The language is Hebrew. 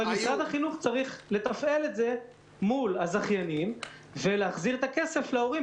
אבל משרד החינוך צריך לתפעל את זה מול הזכיינים ולהחזיר את הכסף להורים,